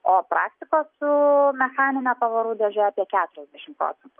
o praktikos su mechanine pavarų dėže apie keturiasdešim procentų